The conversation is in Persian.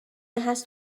هست